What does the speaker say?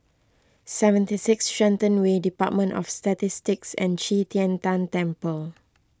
seventy six Shenton Way Department of Statistics and Qi Tian Tan Temple